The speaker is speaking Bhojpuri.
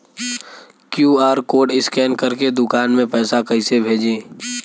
क्यू.आर कोड स्कैन करके दुकान में पैसा कइसे भेजी?